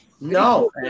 No